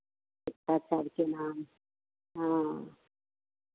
तो सबके नाम हाँ